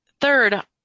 third